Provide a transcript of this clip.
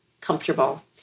comfortable